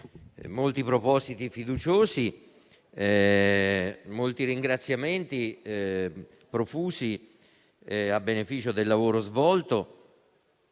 sentito propositi fiduciosi e molti ringraziamenti profusi a beneficio del lavoro svolto.